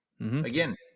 Again